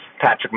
Patrick